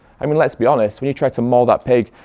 i mean let's be honest when you try to maul that pig,